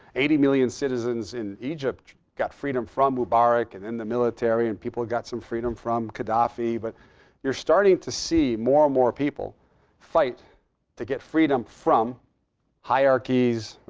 eighty million citizens in egypt got freedom from mubarak and then the military. and people got some freedom from gaddafi. but you're starting to see more and more people fight to get freedom from hierarchies,